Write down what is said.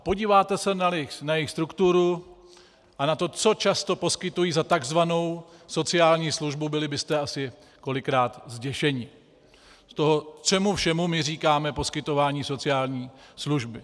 Podíváteli se na jejich strukturu a na to, co často poskytují za tzv. sociální službu, byli byste asi kolikrát zděšeni z toho, čemu všemu my říkáme poskytování sociální služby.